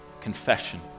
confession